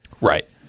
Right